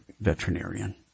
veterinarian